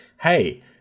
Hey